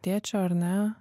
tėčio ar ne